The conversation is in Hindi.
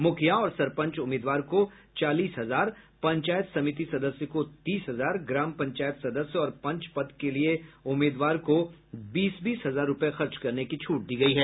मुखिया और सरपंच उम्मीदवार को चालीस हजार पंचायत समिति सदस्य को तीस हजार ग्राम पंचायत सदस्य और पंच पद के लिए उम्मीदवार को बीस हजार रूपये खर्च करने की छुट दी गयी है